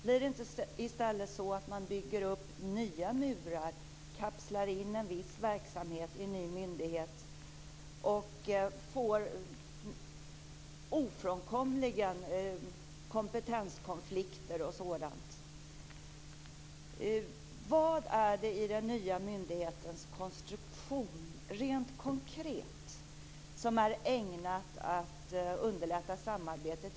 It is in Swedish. Blir det inte i stället så att man bygger upp nya murar, kapslar in en viss verksamhet i en ny myndighet, och ofrånkomligen får kompetenskonflikter och sådant? Vad är det i den nya myndighetens konstruktion, rent konkret, som är ägnat att underlätta samarbetet?